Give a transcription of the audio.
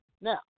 Now